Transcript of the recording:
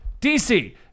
DC